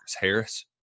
harris